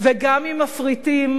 וגם אם מפריטים,